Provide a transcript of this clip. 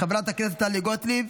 חברת הכנסת טלי גוטליב,